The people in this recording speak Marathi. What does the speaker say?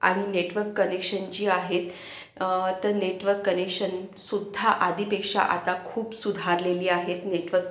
आणि नेटवर्क कनेक्शन जी आहेत तर नेटवर्क कनेक्शनसुद्धा आधीपेक्षा आता खूप सुधारलेली आहेत नेटवर्क